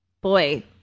boy